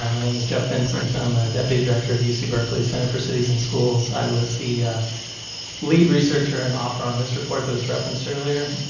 um name is jeff vincent. i'm the deputy director of u c. berkely's center for cities and schools. i was the lead researcher and author on this report that was referenced earlier,